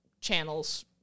channels